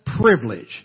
privilege